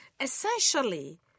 essentially